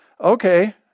okay